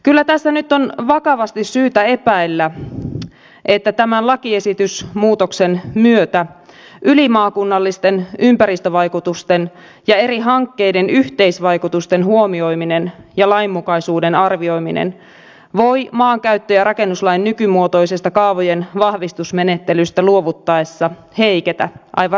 kyllä tässä nyt on vakavasti syytä epäillä että tämän lakiesitysmuutoksen myötä ylimaakunnallisten ympäristövaikutusten ja eri hankkeiden yhteisvaikutusten huomioiminen ja lainmukaisuuden arvioiminen voivat maankäyttö ja rakennuslain nykymuotoisesta kaavojen vahvistusmenettelystä luovuttaessa heiketä aivan radikaalisti